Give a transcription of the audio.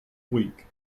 week